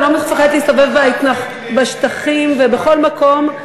גם לא מפחדת להסתובב בשטחים ובכל מקום,